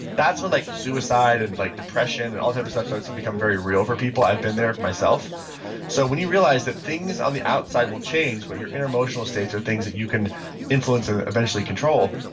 that's when like suicide and like depression and all type of stuff starts to become very real for people. i've been there myself so when you realize that things on the outside will change, but your inner emotional states are things that you can influence and eventually control,